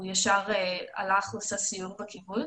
הוא הלך לעשות סיור בקיבוץ,